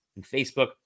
Facebook